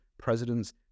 presidents